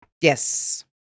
Yes